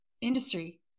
industry